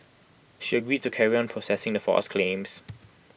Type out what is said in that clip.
she agreed to carry on processing the false claims